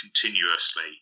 continuously